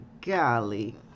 golly